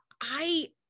I-